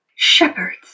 Shepherds